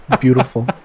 beautiful